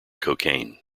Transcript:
cocaine